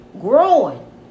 growing